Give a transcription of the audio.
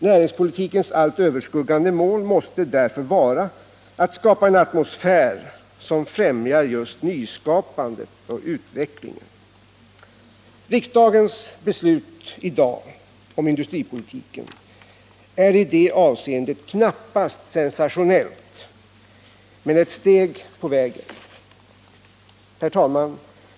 Näringspolitikens allt överskuggande mål måste därför vara att skapa en atmosfär som främjar just nyskapande och utveckling. Riksdagens beslut i dag om industripolitiken är i det avseendet knappast sensationellt men ett steg på vägen. Herr talman!